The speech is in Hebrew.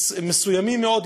מסוימים מאוד,